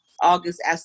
August